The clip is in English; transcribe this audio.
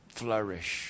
flourish